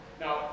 Now